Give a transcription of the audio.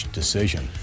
decision